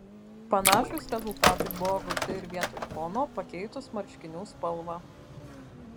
panašūs rezultatai buvo gauti ir vietoj fono pakeitus marškinių spalvą